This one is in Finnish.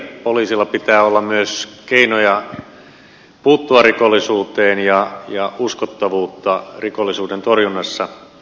poliisilla pitää olla myös keinoja puuttua rikollisuuteen ja poliisilla pitää olla uskottavuutta rikollisuuden torjunnassa